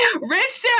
rich